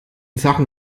sachen